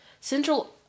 Central